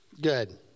Good